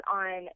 on